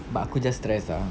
but aku just stress ah